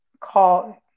call